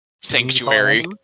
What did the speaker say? sanctuary